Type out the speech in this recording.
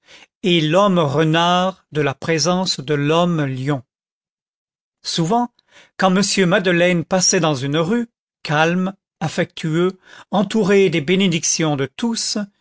et lhomme renard de la présence de lhomme lion souvent quand m madeleine passait dans une rue calme affectueux entouré des bénédictions de tous